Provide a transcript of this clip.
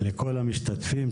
ולכל המשתתפים.